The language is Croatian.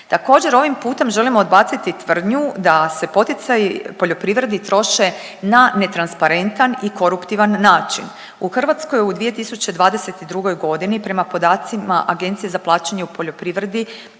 Također ovim putem želimo odbaciti tvrdnju da se poticaji poljoprivredi troše na netransparentan i koruptivan način. U Hrvatskoj u 2022. godini prema podacima Agencije za plaćanje u poljoprivredi,